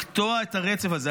לקטוע את הרצף הזה.